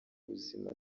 buzima